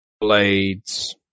blades